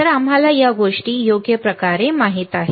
तर आम्हाला या गोष्टी योग्य माहीत आहेत